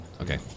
Okay